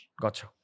Gotcha